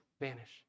vanish